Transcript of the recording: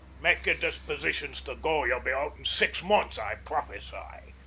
make your dispositions to go ye'll be out in six months, i prophesy.